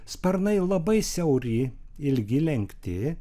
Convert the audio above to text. sparnai labai siauri ilgi lenkti